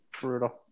Brutal